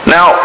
Now